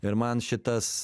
ir man šitas